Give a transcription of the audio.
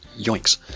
Yoinks